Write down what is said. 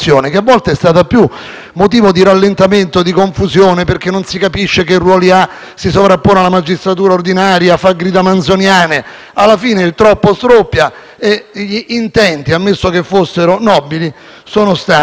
motivo di rallentamento e di confusione, perché non si capisce che ruolo abbia, si sovrappone alla magistratura ordinaria e fa grida manzoniane. Alla fine, il troppo stroppia e gli intenti, ammesso che fossero nobili, non sono stati raggiunti.